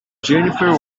jennifer